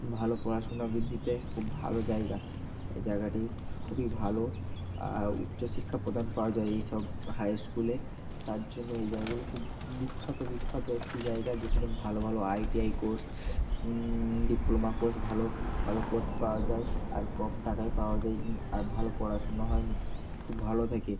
ভালো পড়াশোনা বৃদ্ধিতে খুব ভালো জায়গা এই জায়গাটি খুবই ভালো আর উচ্চশিক্ষা প্রদান পাওয়া যায় এই সব হাই স্কুলে তার জন্য এই জায়গাগুলো খুব বিখ্যাত বিখ্যাত একটি জায়গা যেখানে ভালো ভালো আইটিআই কোর্স ডিপ্লোমা কোর্স ভালো ভালো কোর্স পাওয়া যায় আর কম টাকায় পাওয়া যায় আর ভালো পড়াশুনো হয় খুব ভালো থাকে